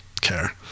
care